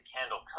Candle